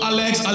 Alex